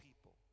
people